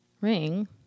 ring